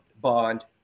bond